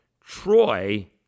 Troy